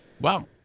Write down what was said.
Wow